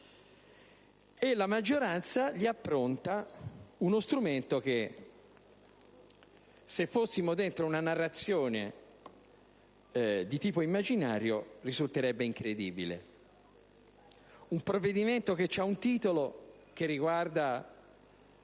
e la maggioranza gli appronta uno strumento che, se fossimo dentro una narrazione di tipo immaginario, risulterebbe incredibile. Un provvedimento che ha un titolo che riguarda